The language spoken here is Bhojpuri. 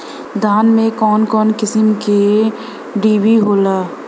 धान में कउन कउन किस्म के डिभी होला?